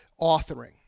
authoring